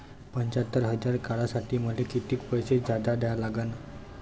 पंच्यात्तर हजार काढासाठी मले कितीक पैसे जादा द्या लागन?